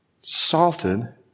Salted